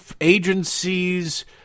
agencies